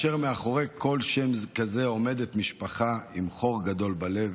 מאחורי כל שם כזה עומדת משפחה עם חור גדול בלב,